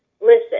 listen